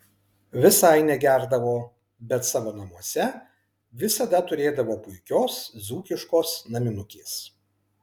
visai negerdavo bet savo namuose visada turėdavo puikios dzūkiškos naminukės